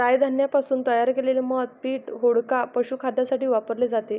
राय धान्यापासून तयार केलेले मद्य पीठ, वोडका, पशुखाद्यासाठी वापरले जाते